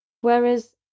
Whereas